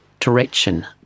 direction